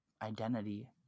identity